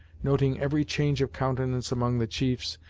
noting every change of countenance among the chiefs,